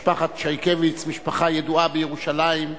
משפחת שייקביץ משפחה ידועה בירושלים.